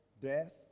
Death